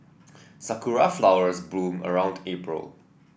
sakura flowers bloom around April